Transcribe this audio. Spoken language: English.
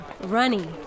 Runny